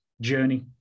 journey